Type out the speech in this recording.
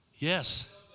Yes